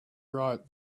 right